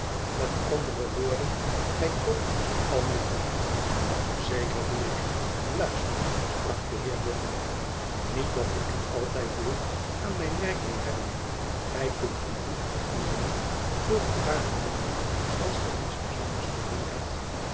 met andere woorden gij koopt al mijn tijd i zeker doe ik luister sprak de heer boffin niet dat ik u altijd door aan mijn werk wil hebben gij kunt een boek opnemen voor een paar minuten als gij niets bijzonders te doen hebt